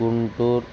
Guntur